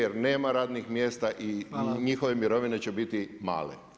Jer nema radnih mjesta i njihove mirovine će biti male.